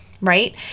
right